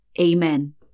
amen